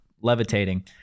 levitating